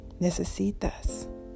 Necesitas